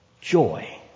joy